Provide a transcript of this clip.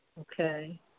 Okay